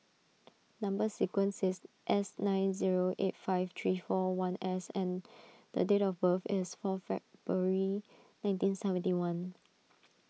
Number Sequence is S nine zero eight five three four one S and date of birth is four February nineteen seventy one